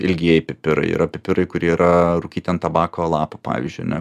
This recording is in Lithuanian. ilgieji pipirai yra pipirai kurie yra rūkyti ant tabako lapų pavyzdžiui ane